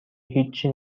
هیچی